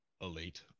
elite